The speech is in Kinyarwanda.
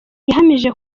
yahamije